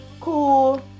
cool